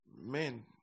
men